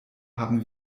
haben